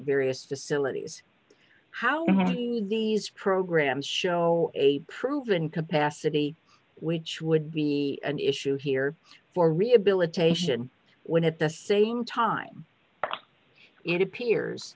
various facilities how these programs show a proven capacity which would be an issue here for rehabilitation when at the same time it appears